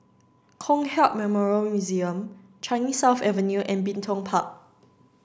Kong Hiap Memorial Museum Changi South Avenue and Bin Tong Park